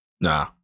Nah